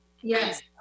Yes